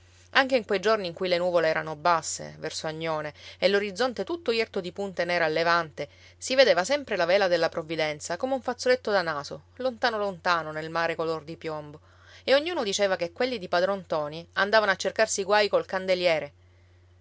anche in quei giorni in cui le nuvole erano basse verso agnone e l'orizzonte tutto irto di punte nere al levante si vedeva sempre la vela della provvidenza come un fazzoletto da naso lontano lontano nel mare color di piombo e ognuno diceva che quelli di padron ntoni andavano a cercarsi i guai col candeliere